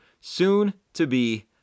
soon-to-be